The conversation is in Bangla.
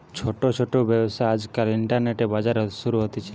ছোট ছোট ব্যবসা আজকাল ইন্টারনেটে, বাজারে শুরু হতিছে